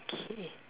K